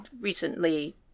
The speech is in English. recently